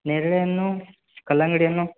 ನೇರಳೆ ಹಣ್ಣು ಕಲ್ಲಂಗಡಿ ಹಣ್ಣು